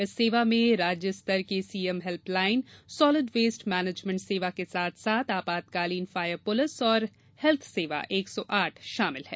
इस सेवा में राज्य स्तर की CM helpline solid waste management सेवा के साथ साथ आपातकालीन फायर पुलिस और हेल्थसेवा एक सौ आठ शामिल हैं